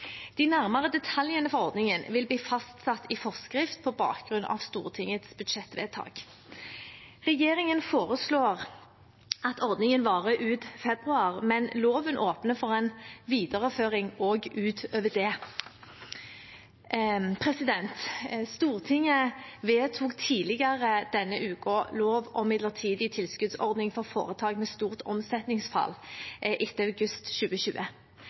De nærmere detaljene for ordningen vil bli fastsatt i forskrift på bakgrunn av Stortingets budsjettvedtak. Regjeringen foreslår at ordningen varer ut februar, men loven åpner for en videreføring også utover det. Stortinget vedtok tidligere denne uken lov om midlertidig tilskuddsordning for foretak med stort omsetningsfall etter august 2020.